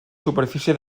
superfície